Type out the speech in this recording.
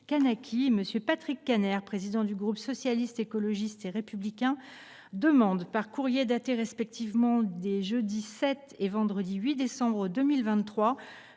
M. Patrick Kanner, président du groupe Socialiste, Écologiste et Républicain, demandent, par courriers datés respectivement des jeudi 7 et vendredi 8 décembre 2023,